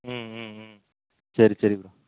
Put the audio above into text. ம் ம் ம் சரி சரி ப்ரோ